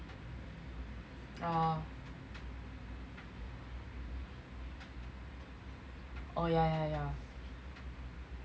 orh oh yeah yeah yeah